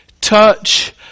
touch